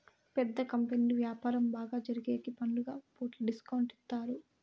పెద్ద కంపెనీలు వ్యాపారం బాగా జరిగేగికి పండుగ పూట డిస్కౌంట్ ఇత్తారు